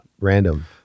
random